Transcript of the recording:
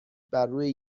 برروی